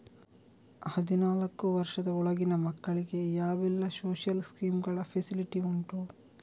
ಹದಿನಾಲ್ಕು ವರ್ಷದ ಒಳಗಿನ ಮಕ್ಕಳಿಗೆ ಯಾವೆಲ್ಲ ಸೋಶಿಯಲ್ ಸ್ಕೀಂಗಳ ಫೆಸಿಲಿಟಿ ಉಂಟು?